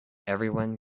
everyone